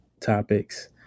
topics